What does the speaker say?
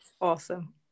awesome